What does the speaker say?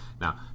Now